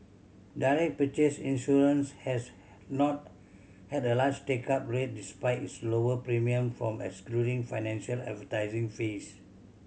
direct purchase insurance has not had a large take up rate despite its lower premiums from excluding financial advising fees